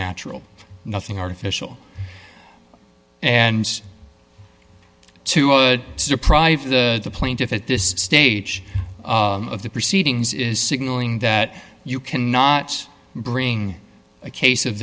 natural nothing artificial and to a surprise the plaintiff at this stage of the proceedings is signaling that you cannot bring a case of